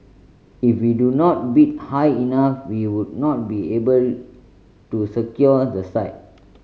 if we do not bid high enough we would not be able to secure the site